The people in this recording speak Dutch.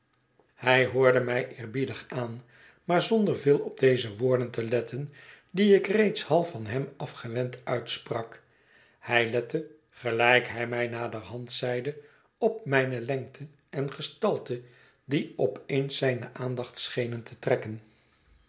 hij hoorde mij eerbiedig aan maar zonder veel op deze woorden te letten die ik reeds half van hem afgewend uitsprak hij lette gelijk hij mij naderhand zeide op mijne lengte en gestalte die op eens zijne aandacht schenen te trekken